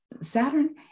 Saturn